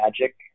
Magic